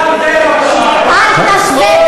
אל תשווה.